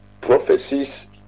prophecies